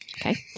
Okay